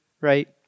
right